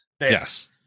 yes